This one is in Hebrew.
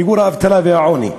מיגור האבטלה והעוני.